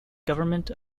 government